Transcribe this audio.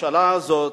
הממשלה הזאת,